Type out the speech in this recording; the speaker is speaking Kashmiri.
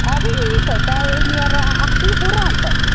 اَدٕ یِیٖتو تۄہے نیران اَکھتٕے ہُران تَتہِ